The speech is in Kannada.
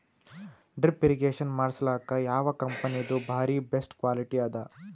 ಡ್ರಿಪ್ ಇರಿಗೇಷನ್ ಮಾಡಸಲಕ್ಕ ಯಾವ ಕಂಪನಿದು ಬಾರಿ ಬೆಸ್ಟ್ ಕ್ವಾಲಿಟಿ ಅದ?